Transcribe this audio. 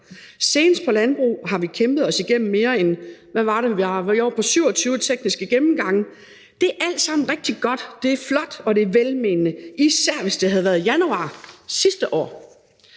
senest landbruget – har vi kæmpet os igennem mere end 27 tekniske gennemgange. Det er alt sammen rigtig godt, det er flot, og det er velmenende, især hvis det havde været i januar sidste år.